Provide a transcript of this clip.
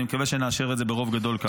אני מקווה שנאשר את זה ברוב גדול כאן.